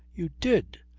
you did?